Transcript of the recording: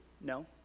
No